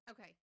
Okay